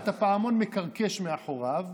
הוא שומע את הפעמון מקרקש מאחוריו,